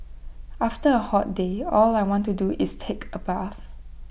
after A hot day all I want to do is take A bath